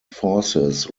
forces